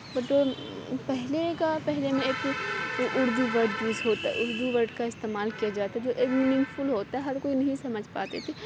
وہ تو پہلے کا پہلے میں ایک اردو ورڈ یوز ہوتا ہے اردو ورڈ کا استعمال کیا جاتا جو ایک میننگ فل ہوتا ہے ہر کوئی نہیں سمجھ پاتے تھے